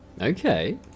Okay